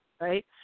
right